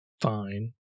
fine